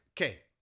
Okay